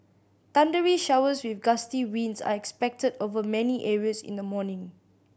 thundery showers with gusty winds are expected over many areas in the morning